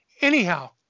Anyhow